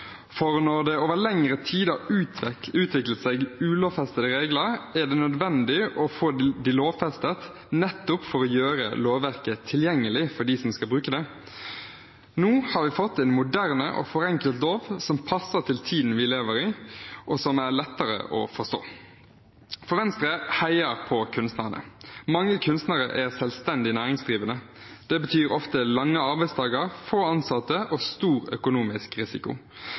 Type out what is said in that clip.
har. Når det over lengre tid har utviklet seg ulovfestede regler, er det nødvendig å få dem lovfestet, nettopp for å gjøre lovverket tilgjengelig for dem som skal bruke det. Nå har vi fått en moderne og forenklet lov som passer til tiden vi lever i, og som er lettere å forstå. For Venstre heier på kunstnerne. Mange kunstnere er selvstendig næringsdrivende. Det betyr ofte lange arbeidsdager, få ansatte og stor økonomisk risiko.